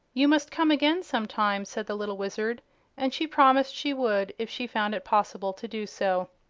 you must come again, some time, said the little wizard and she promised she would if she found it possible to do so.